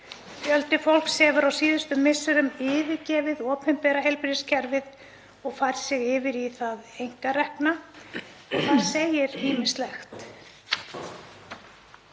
Fjöldi fólks hefur á síðustu misserum yfirgefið opinbera heilbrigðiskerfið og fært sig yfir í það einkarekna og það segir ýmislegt.